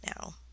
now